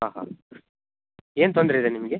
ಹಾಂ ಹಾಂ ಏನು ತೊಂದರೆಯಿದೆ ನಿಮಗೆ